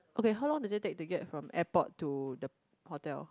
okay how long does it take to get from airport to the hotel